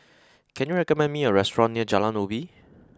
can you recommend me a restaurant near Jalan Ubi